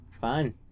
Fine